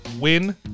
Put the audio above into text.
win